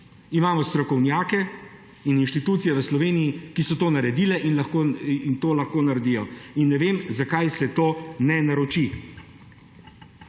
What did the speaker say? Imamo strokovnjake in inštitucije v Sloveniji, ki so to naredile in to lahko naredijo. In ne vem, zakaj se tega ne naroči!